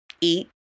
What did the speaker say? eat